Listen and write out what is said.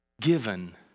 Given